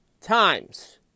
times